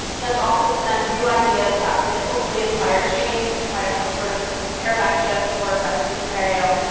but then to also present new ideas that could hopefully inspire change, inspire some sort of paradigm shift or best case scenario,